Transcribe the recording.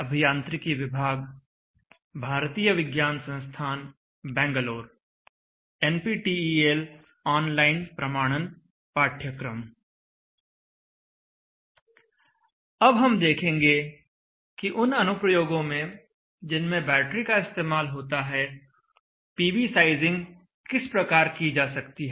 अब हम देखेंगे कि उन अनुप्रयोगों में जिनमें बैटरी का इस्तेमाल होता है पीवी साइजिंग किस प्रकार की जा सकती है